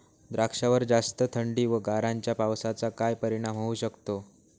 द्राक्षावर जास्त थंडी व गारांच्या पावसाचा काय परिणाम होऊ शकतो?